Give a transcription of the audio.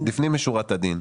לפנים משורת הדין.